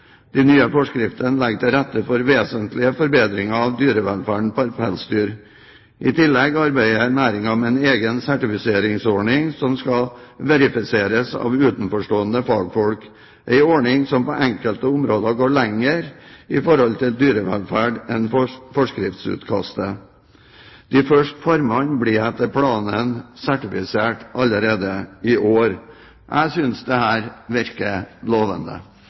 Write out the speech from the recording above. De nye forskriftene legger til rette for vesentlige forbedringer av dyrevelferden for pelsdyr. I tillegg arbeider næringen med en egen sertifiseringsordning som skal verifiseres av utenforstående fagfolk, en ordning som på enkelte områder går lenger i forhold til dyrevelferd enn forskriftsutkastet. De første farmene blir etter planen sertifisert allerede i år. Jeg synes dette virker lovende.